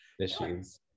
issues